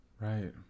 Right